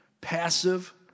Passive